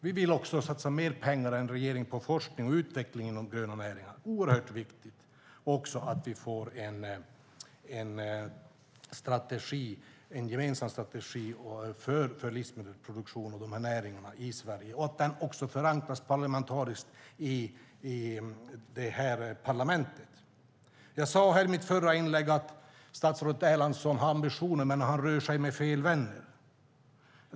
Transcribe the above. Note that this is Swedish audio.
Vi vill satsa mer pengar än regeringen på forskning och utveckling inom gröna näringar. Det är också oerhört viktigt att vi får en gemensam strategi för livsmedelsproduktion och för de här näringarna i Sverige och att den förankras parlamentariskt. Jag sade i mitt förra inlägg att statsrådet Erlandsson har ambitioner men att han rör sig med fel vänner.